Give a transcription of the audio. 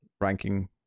ranking